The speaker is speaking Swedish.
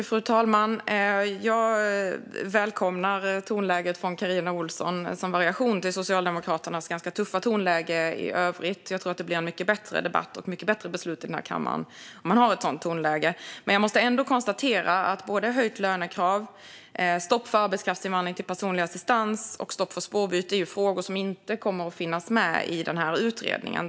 Fru talman! Jag välkomnar Carina Ohlssons tonläge som variation till Socialdemokraternas ganska tuffa tonläge i övrigt. Jag tror att det blir en mycket bättre debatt och ett mycket bättre beslut i kammaren om man har ett sådant tonläge. Jag måste dock konstatera att ett höjt lönekrav, ett stopp för arbetskraftsinvandring till personlig assistans och ett stopp för spårbyte är frågor som inte kommer att finnas med i den här utredningen.